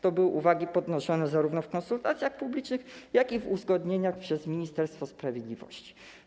To były uwagi podnoszone zarówno w konsultacjach publicznych, jak i w uzgodnieniach przez Ministerstwo Sprawiedliwości.